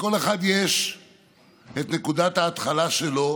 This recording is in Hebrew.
לכל אחד יש את נקודת ההתחלה שלו,